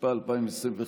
התשפ"א 2021,